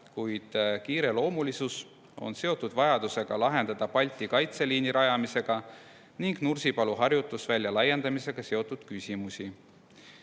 kuid kiireloomulisus on seotud vajadusega lahendada Balti kaitseliini rajamisega ning Nursipalu harjutusvälja laiendamisega seotud küsimusi.